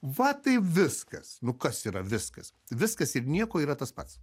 va tai viskas nu kas yra viskas viskas ir nieko yra tas pats